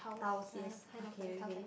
tiles yes okay okay